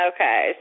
Okay